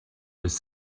was